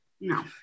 No